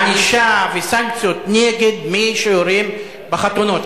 ענישה וסנקציות נגד מי שיורה בחתונות.